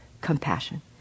compassion